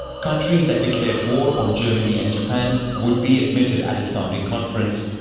countries that declared war on germany and japan would be admitted at its founding conference.